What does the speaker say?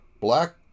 black